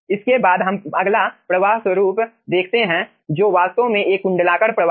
इसके बाद हम अगला प्रवाह स्वरूप देखते हैं जो वास्तव में एक कुंडलाकार प्रवाह है